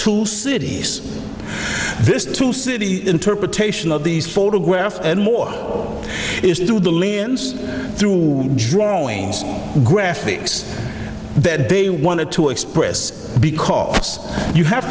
two cities this two city interpretation of these photographs and morrow is to the libyans through drawings graphics that they wanted to express because you have